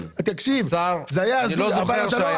זה היה הזוי.